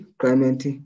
climate